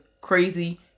crazy